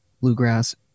bluegrass